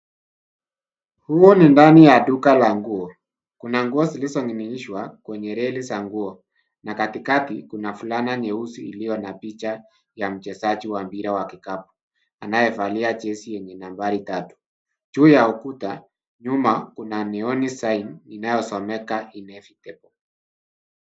Huu ni ndani ya duka la nguo, kuna nguo zilizoning'inizwa kwenye reli za nguo, na katikati, kuna fulana nyeusi iliyo na picha ya mchezaji wa mpira wa kikapu, anayevalia jezi yenye nambari tatu. Juu ya ukuta nyuma kuna neon sign i inayosomeka inevitable .